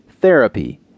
Therapy